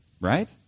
Right